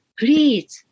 please